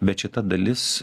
bet šita dalis